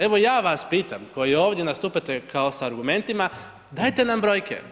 Evo ja vas pitam, koji ovdje nastupate kao s argumentima, dajte nam brojke.